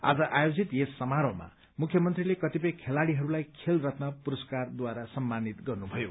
आज आयोजित यस समारोहमा मुख्यमन्त्रीले कतिपय खेलाड़ीहरूलाई खेल रत्न पुरस्कारद्वारा सम्मानित गर्नुभयो